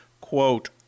quote